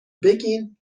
بگین